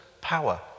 power